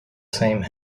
same